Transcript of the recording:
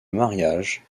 mariage